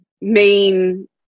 main